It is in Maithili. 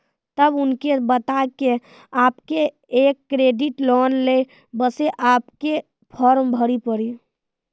तब उनके बता के आपके के एक क्रेडिट लोन ले बसे आपके के फॉर्म भरी पड़ी?